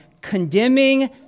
condemning